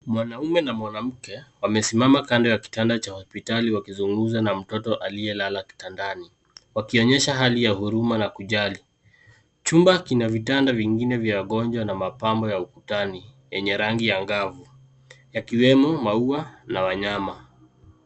Mwanaume na mwanamke wamesimama kando ya kitanda cha hospitali wakizungumza na mtoto aliyelala kitandani. Wakionyesha hali ya huruma na kujali. Chumba kina vitanda vingine vya wagonjwa na mapambo ya ukutani yenye rangi ya ngafu. Yakiwemo maua na wanyama.